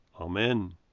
Amen